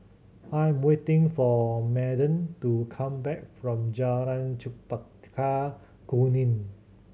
I'm waiting for Madden to come back from Jalan Chempaka Kuning